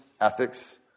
ethics